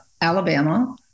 Alabama